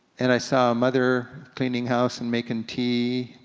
and i saw a mother cleaning house and making tea.